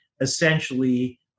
essentially